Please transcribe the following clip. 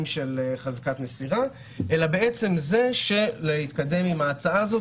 של חזקת מסירה אלא בעצם זה שהתקדמות עם ההצעה הזאת